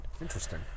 Interesting